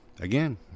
again